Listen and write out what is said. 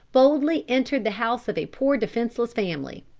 boldly entered the house of a poor defenseless family,